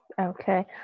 okay